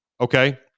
okay